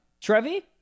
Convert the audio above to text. Trevi